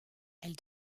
elle